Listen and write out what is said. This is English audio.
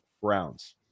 Browns